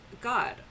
God